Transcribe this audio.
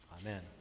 Amen